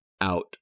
out